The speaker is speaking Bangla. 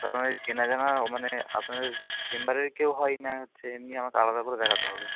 আপনাদের চেনা জানা মানে আপনাদের চেম্বারের কেউ হয় না হচ্ছে এমনি আমাকে আলাদা করে দেখাতে হবে